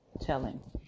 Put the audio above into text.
telling